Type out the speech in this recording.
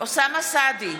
אוסאמה סעדי,